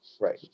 Right